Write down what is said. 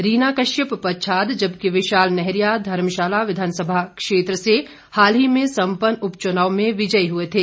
रीना कश्यप पच्छाद जबकि विशाल नैहरिया धर्मशाला विधानसभा क्षेत्र से हाल ही में संपन्न उपचुनाव में विजयी हुए थे